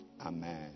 Amen